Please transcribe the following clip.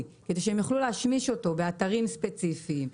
כדי שהם יוכלו להשמיש אותו באתרים ספציפיים,